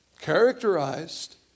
characterized